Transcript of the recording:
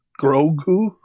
Grogu